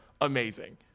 amazing